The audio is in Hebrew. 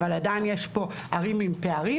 אבל עדיין יש פה ערים עם פערים,